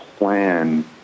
plan